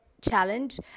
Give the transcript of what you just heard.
challenge